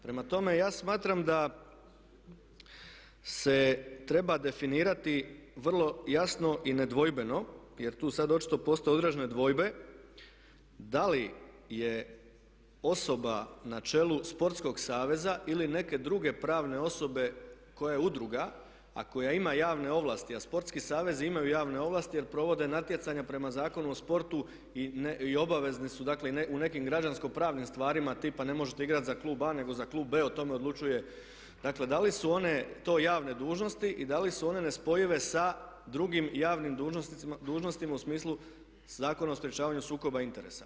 Prema tome ja smatram da se treba definirati vrlo jasno i nedvojbeno jer tu sada očito postoje određene dvojbe da li je osoba na čelu sportskog saveza ili neke druge pravne osobe koja je udruga a koja ima javne ovlasti a sportski savezi imaju javne ovlasti jer provode natjecanja prema Zakonu o sportu i obavezne su dakle u nekim građansko-pravnim stvarima tipa ne možete igrati za klub A nego za klub B o tome odlučuje dakle da li su one to javne dužnosti i da li su one nespojive sa drugim javnim dužnostima u smislu Zakona o sprječavanju sukoba interesa.